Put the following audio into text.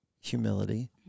Humility